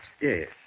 Yes